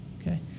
okay